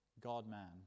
God-man